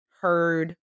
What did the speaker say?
heard